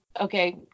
Okay